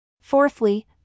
Fourthly